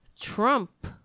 Trump